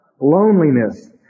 Loneliness